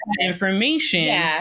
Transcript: information